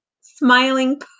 smiling